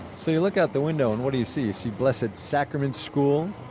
so you look out the window and what do you see, you see blessed sacrament school.